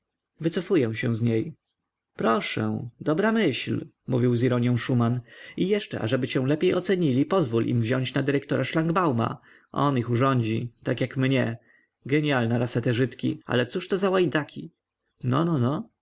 wycofuję się z niej proszę dobra myśl mówił z ironią szuman i jeszcze ażeby cię lepiej ocenili pozwól im wziąć na dyrektora szlangbauma on ich urządzi tak jak mnie genialna rasa te żydki ale cóżto za łajdaki no no